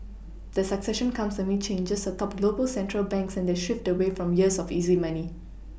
the succession comes amid changes atop global central banks and their shift away from years of easy money